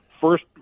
first